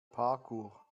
parkuhr